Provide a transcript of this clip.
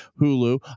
Hulu